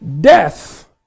death